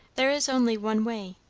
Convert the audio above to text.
there is only one way.